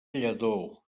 lladó